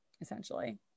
essentially